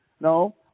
no